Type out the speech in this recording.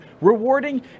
rewarding